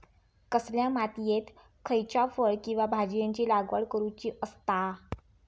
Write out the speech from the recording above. कसल्या मातीयेत खयच्या फळ किंवा भाजीयेंची लागवड करुची असता?